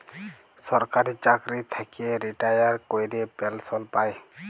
সরকারি চাকরি থ্যাইকে রিটায়ার ক্যইরে পেলসল পায়